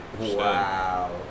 Wow